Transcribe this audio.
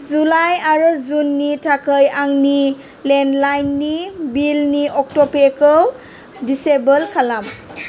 July आरो जुननि थाखाय आंनि लेन्डलाइननि बिलनि अट'पेखौ दिसएबोल खालाम